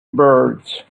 birds